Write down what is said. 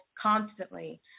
constantly